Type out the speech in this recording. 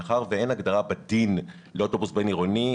מאחר שאין הגדרה בדין לאוטובוס בין עירוני,